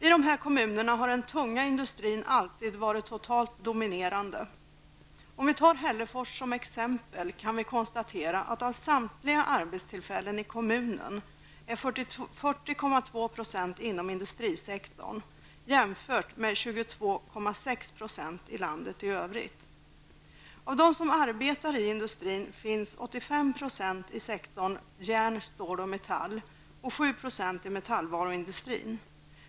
I dessa kommuner har den tunga industrin alltid varit totalt dominerande på arbetsmarknaden. Om vi tar Hällefors som exempel, kan vi konstatera att av samtliga arbetstillfällen i kommunen är 40,2 % i industrisektorn jämfört med 22,6 % i landet i övrigt. Av dem som arbetar i industrisektorn finns 85 % i sektorn järn, stål och metall och 7 % i metallvaruindustrin.